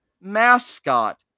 mascot